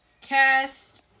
cast